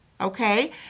Okay